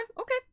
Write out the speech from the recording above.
okay